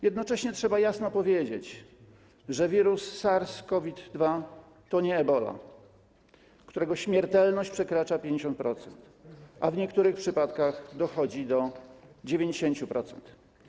Jednocześnie trzeba jasno powiedzieć, że wirus SARS-CoV-2 to nie Ebola, którego śmiertelność przekracza 50%, a w niektórych przypadkach dochodzi do 90%.